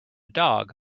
dog